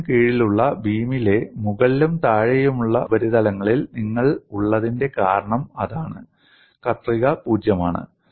വളയത്തിന് കീഴിലുള്ള ബീമിലെ മുകളിലും താഴെയുമുള്ള ഉപരിതലങ്ങളിൽ നിങ്ങൾ ഉള്ളതിന്റെ കാരണം അതാണ് കത്രിക പൂജ്യമാണ്